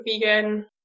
vegan